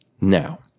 Now